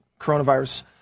coronavirus